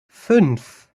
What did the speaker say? fünf